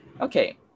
Okay